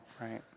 Right